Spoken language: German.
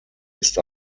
ist